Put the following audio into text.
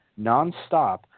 nonstop